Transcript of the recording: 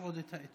יש עוד האתיופים,